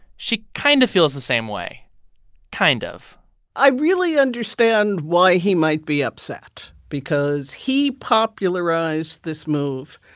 she kind of feels the same way kind of i really understand why he might be upset because he popularized this move.